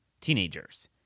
teenagers